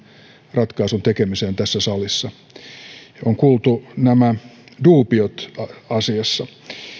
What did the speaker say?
ratkaisun tekemiseen tässä salissa olemme kuulleet nämä duubiot asiassa